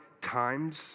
times